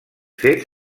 fet